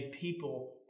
people